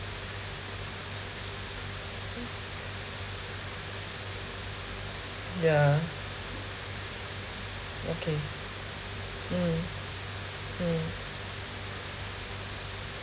ya okay mm mm